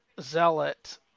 Zealot